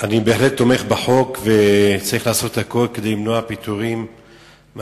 אני בהחלט תומך בחוק וצריך לעשות הכול כדי למנוע פיטורים מחזוריים.